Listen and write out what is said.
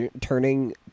turning